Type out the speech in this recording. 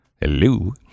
Hello